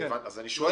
אז אני שואל.